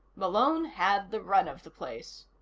malone had the run of the place.